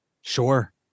Sure